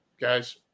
guys